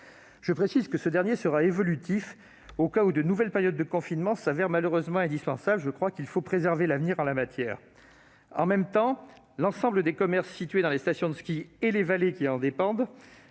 Je précise qu'il sera évolutif au cas où de nouvelles périodes de confinement s'avéreraient malheureusement indispensables. Il faut préserver l'avenir en la matière. L'ensemble des commerces situés dans les stations de ski et les vallées qui en dépendent